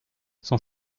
son